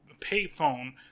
payphone